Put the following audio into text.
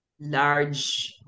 large